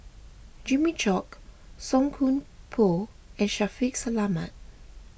Jimmy Chok Song Koon Poh and Shaffiq Selamat